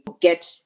get